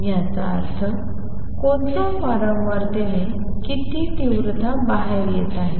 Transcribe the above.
याचा अर्थ कोणत्या वारंवारतेने किती तीव्रता बाहेर येत आहे